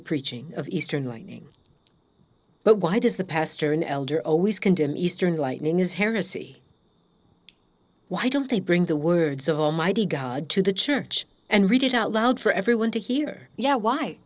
the preaching of eastern lightning but why does the pastor an elder always condemn eastern lightning is heresy why don't they bring the words of almighty god to the church and read it out loud for everyone to hear yeah why